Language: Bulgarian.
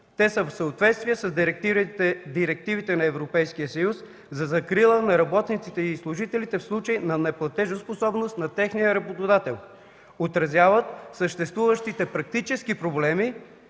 те са в съответствие с директивите на Европейския съюз за закрила на работниците и служителите в случай на неплатежоспособност на техния работодател, отразяват съществуващите практически проблеми